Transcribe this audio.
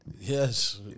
Yes